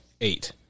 Eight